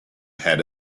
had